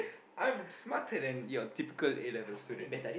I'm smarter than your typical A-level student